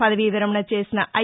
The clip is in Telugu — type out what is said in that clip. పదవీ విరమణ చేసిన ఐ